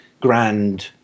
grand